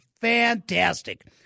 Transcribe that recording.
fantastic